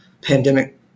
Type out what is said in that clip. pandemic